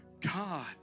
God